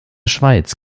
schweiz